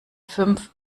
fünf